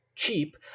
cheap